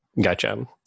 Gotcha